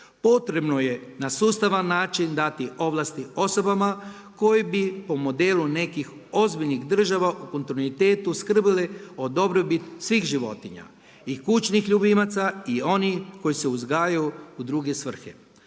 Potrebno je na sustavan način dati ovlasti osobama koje bi po modelu nekih ozbiljnih država u kontinuitetu skrbili o dobrobiti svih životinja i kućnih ljubimaca i onih koji se uzgajaju u druge svrhe.